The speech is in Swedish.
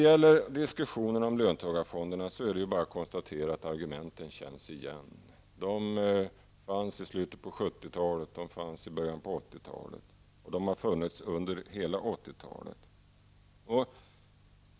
I diskussionerna om löntagarfonderna är det bara att konstatera att argumenten känns igen. De fanns i slutet av 1970-talet, i början på 1980-talet och under hela 1980-talet.